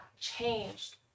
changed